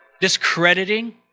discrediting